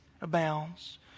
abounds